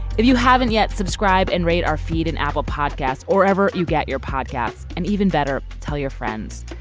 if you haven't yet subscribe and rate our feed and apple podcast or ever you get your podcast. and even better tell your friends.